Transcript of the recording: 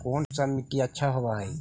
कोन सा मिट्टी अच्छा होबहय?